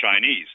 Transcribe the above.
Chinese